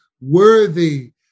worthy